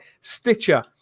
stitcher